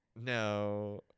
No